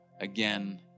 again